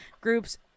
groups